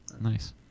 nice